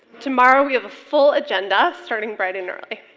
tomorrow we have a full agenda starting bright and early.